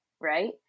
right